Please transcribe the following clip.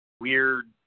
weird